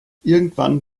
irgendwann